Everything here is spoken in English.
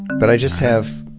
but i just have,